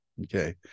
okay